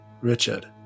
Richard